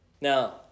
now